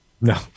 no